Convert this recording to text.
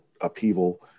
upheaval